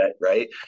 right